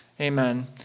Amen